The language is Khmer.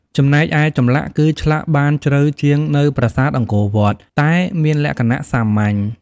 ចំណែកឯចម្លាក់ គឺឆ្លាក់បានជ្រៅជាងនៅប្រាសាទអង្គរវត្ត តែមានលក្ខណៈសាមញ្ញ។